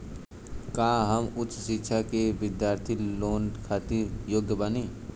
का हम उच्च शिक्षा के बिद्यार्थी लोन खातिर योग्य बानी?